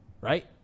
right